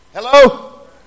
Hello